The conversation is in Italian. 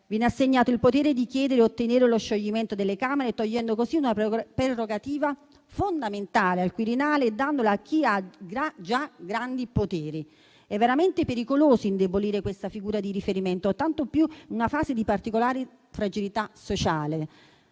viene assegnato il potere di chiedere e ottenere lo scioglimento delle Camere, togliendo così una prerogativa fondamentale al Quirinale, dandola a chi ha già grandi poteri. È veramente pericoloso indebolire questa figura di riferimento, tanto più in una fase di particolare fragilità sociale,